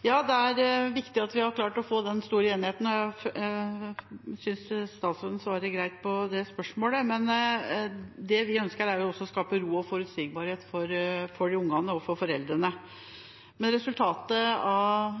Det er viktig at vi har klart å få den store enigheten, og jeg synes statsråden svarer greit på det spørsmålet. Men det vi ønsker, er også å skape ro og forutsigbarhet for ungene og for foreldrene. Resultatet av